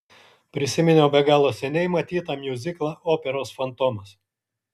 prisiminiau be galo seniai matytą miuziklą operos fantomas